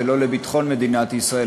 ולא לביטחון מדינת ישראל,